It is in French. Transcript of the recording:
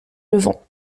levens